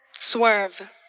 Swerve